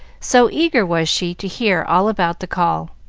so eager was she to hear all about the call.